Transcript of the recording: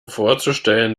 vorzustellen